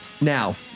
Now